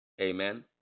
Amen